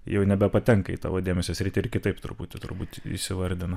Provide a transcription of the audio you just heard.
jau nebepatenka į tavo dėmesio sritį ir kitaip truputį turbūt įsivardina